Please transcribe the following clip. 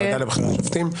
לגבי הוועדה לבחירת שופטים,